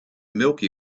milky